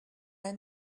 were